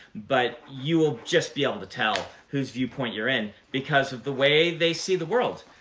but you will just be able to tell whose viewpoint you're in because of the way they see the world.